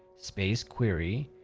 space, query,